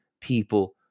people